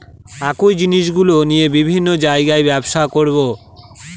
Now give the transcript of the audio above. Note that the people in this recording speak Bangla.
একই জিনিসগুলো নিয়ে বিভিন্ন জায়গায় ব্যবসা করবো